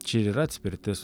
čia ir yra atspirtis